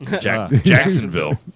Jacksonville